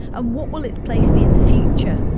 and what will its place be in the future?